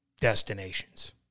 destinations